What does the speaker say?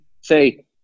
say